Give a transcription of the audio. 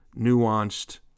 nuanced